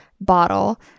bottle